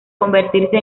convertirse